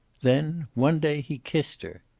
then, one day he kissed her.